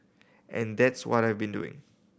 and that's what I've been doing